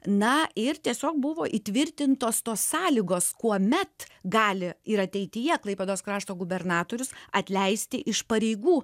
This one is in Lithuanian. na ir tiesiog buvo įtvirtintos tos sąlygos kuomet gali ir ateityje klaipėdos krašto gubernatorius atleisti iš pareigų